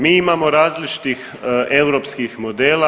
Mi imamo različitih europskih modela.